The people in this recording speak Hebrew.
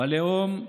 בלאום,